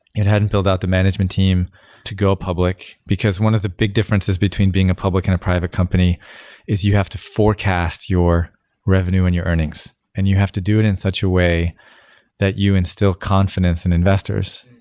it hadn't filled out the management team to go public, because one of the big differences between being a public and a private company is you have to forecast your revenue and your earnings and you have to do it in such a way that you instill confidence in investors,